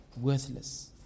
worthless